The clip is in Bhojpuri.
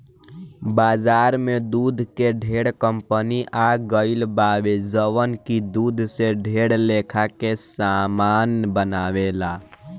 बाजार में दूध के ढेरे कंपनी आ गईल बावे जवन की दूध से ढेर लेखा के सामान बनावेले